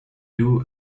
two